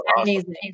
amazing